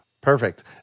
perfect